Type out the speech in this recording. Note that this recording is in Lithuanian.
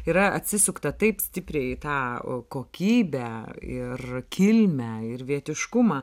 yra atsisukta taip stipriai į tą kokybę ir kilmę ir vietiškumą